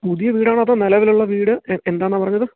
പുതിയ വീടാണോ അതോ നിലവിലുള്ള വീട് എന്താന്നാ പറഞ്ഞത്